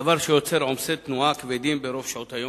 דבר אשר יוצר עומסי תנועה כבדים ברוב שעות היום,